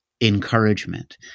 Encouragement